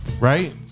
Right